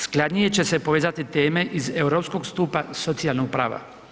Skladnije će se povezati teme iz europskog stupa socijalnog prava.